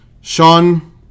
Sean